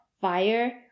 fire